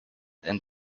and